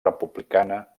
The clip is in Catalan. republicana